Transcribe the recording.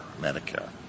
medicare